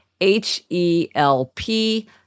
H-E-L-P